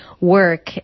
work